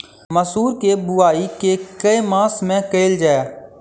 मसूर केँ बोवाई केँ के मास मे कैल जाए?